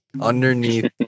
Underneath